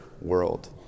world